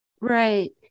Right